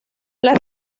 las